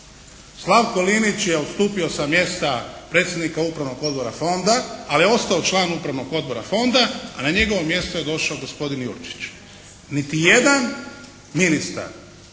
Slavko Linić je odstupio sa mjesta predsjednika Upravnog odbora fonda, ali je ostao član Upravnog odbora fonda, a na njegovo mjesto je došao gospodin Jurčić. Niti jedan ministar